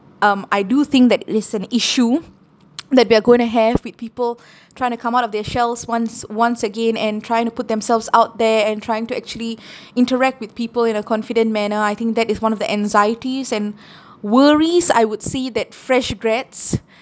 um I do think that there's an issue that we're going to have with people trying to come out of their shells once once again and trying to put themselves out there and trying to actually interact with people in a confident manner I think that is one of the anxieties and worries I would see that fresh grads